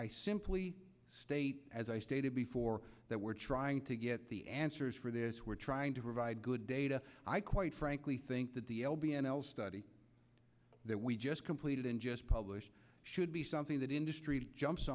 simply state as i stated before that we're trying to get the answers for this we're trying to provide good data i quite frankly think that the l b l study that we just completed and just published should be something that industry jumps